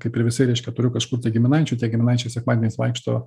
kaip ir visi reiškia turiu kažkur giminaičių tie giminaičiai sekmadieniais vaikšto